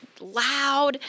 loud